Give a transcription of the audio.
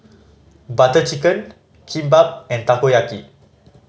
Butter Chicken Kimbap and Takoyaki